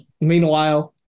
Meanwhile